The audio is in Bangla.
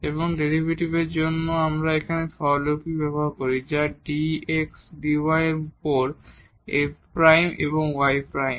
এবং ডেরিভেটিভের জন্য আমরা এখানে যে নোটেসন ব্যবহার করি তা হল dydx এর উপর f প্রাইম y প্রাইম